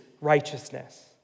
righteousness